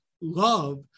love